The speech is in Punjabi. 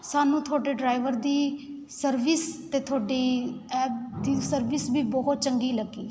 ਸਾਨੂੰ ਤੁਹਾਡੇ ਡਰਾਈਵਰ ਦੀ ਸਰਵਿਸ ਅਤੇ ਤੁਹਾਡੀ ਐਪ ਦੀ ਸਰਵਿਸ ਵੀ ਬਹੁਤ ਚੰਗੀ ਲੱਗੀ